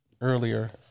earlier